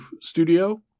studio